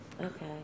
Okay